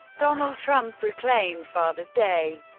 donald trump proclaimed father's day.